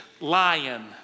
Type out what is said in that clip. lion